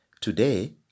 Today